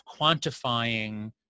quantifying